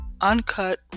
uncut